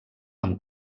amb